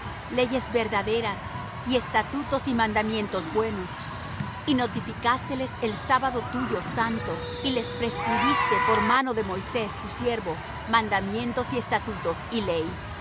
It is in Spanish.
leyes verdaderas y estatutos y mandamientos buenos y notificásteles el sábado tuyo santo y les prescribiste por mano de moisés tu siervo mandamientos y estatutos y ley y